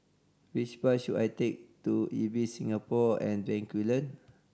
which bus should I take to Ibis Singapore On Bencoolen